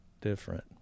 different